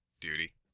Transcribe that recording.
Duty